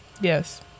Yes